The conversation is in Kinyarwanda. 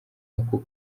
ako